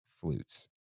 flutes